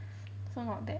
is one not bad